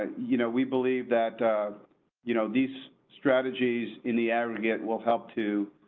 ah you know we believe that you know these strategies in the aggregate will help to.